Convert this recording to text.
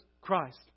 Christ